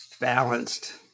balanced